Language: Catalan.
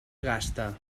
gasta